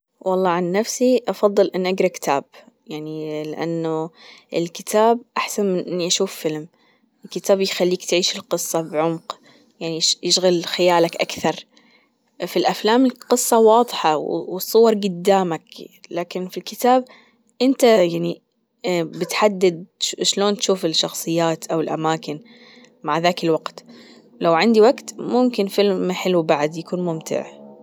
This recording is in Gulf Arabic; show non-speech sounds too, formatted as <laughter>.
والله عن نفسي أفضل إني أجرأ كتاب، يعني لأنه الكتاب أحسن من أني اشوف فيلم، الكتاب يخليك تعيش القصة بعمق، يعني يشغل خيالك أكثر في الأفلام القصة واضحة والصور جدامك، لكن في الكتاب أنت يعني <hesitation> بتحدد شلون تشوف الشخصيات أو الأماكن مع ذاك الوجت لوعندي وجت ممكن فيلم حلو بعد يكون ممتع <noise>